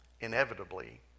inevitably